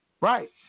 Right